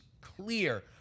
clear